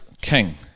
king